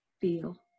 feel